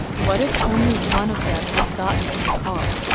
what if only one of them had gotten in the car?